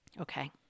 Okay